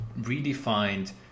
redefined